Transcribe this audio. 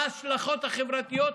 מה ההשלכות החברתיות,